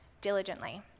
diligently